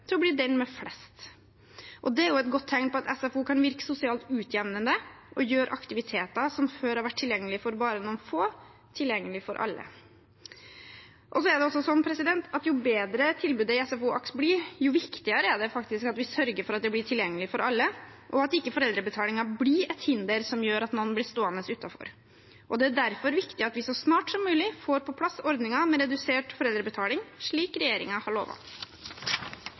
til å bli den med flest. Det er et godt tegn på at SFO kan virke sosialt utjevnende og gjøre aktiviteter som før har vært tilgjengelige for bare noen få, tilgjengelige for alle. Jo bedre tilbudet i SFO/AKS blir, jo viktigere er det at vi faktisk sørger for at det blir tilgjengelig for alle, og at ikke foreldrebetalingen blir et hinder som gjør at noen blir stående utenfor. Det er derfor viktig at vi så snart som mulig får på plass ordninger med redusert foreldrebetaling, slik regjeringen har